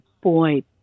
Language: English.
Boy